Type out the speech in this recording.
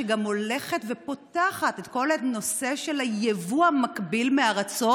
שגם הולכת ופותחת את כל הנושא של היבוא המקביל מארצות